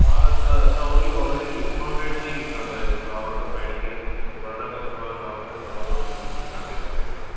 हा त असां हूंअं ई ऑलरेडी डिस्काऊंटेड ते ई विकणंदा आहियूं तव्हां त पंहिरीं खां ई पुराना कस्टमर आहियो तव्हां खे त ख़बरु हूंदो मुंहिंजी दुकान जे बारे में